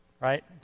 right